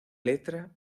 letra